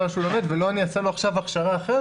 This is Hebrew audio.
שהוא לומד ולא שאני עכשיו אעשה לו הכשרה אחרת.